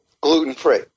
gluten-free